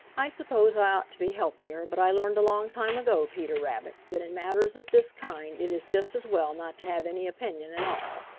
i suppose i ought to be helping her, but i learned a long time ago, peter rabbit, that in matters of this kind it is just as well not to have any opinion at all.